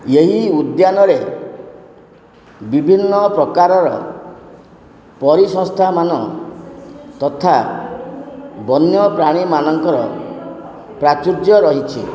ଏହି ଉଦ୍ୟାନରେ ବିଭିନ୍ନ ପ୍ରକାରର ପରିସଂସ୍ଥାମାନ ତଥା ବନ୍ୟପ୍ରାଣୀମାନଙ୍କର ପ୍ରାଚୁର୍ଯ୍ୟ ରହିଛି